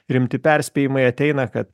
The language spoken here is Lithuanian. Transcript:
rimti perspėjimai ateina kad